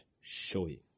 showing